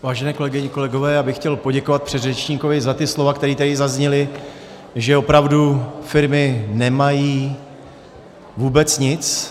Vážené kolegyně, kolegové, já bych chtěl poděkovat předřečníkovi za ta slova, která tady zazněla, že opravdu firmy nemají vůbec nic.